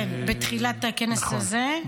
כן, בתחילת הכנס הזה.